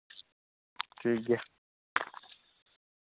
ᱴᱷᱤᱠ ᱜᱮᱭᱟ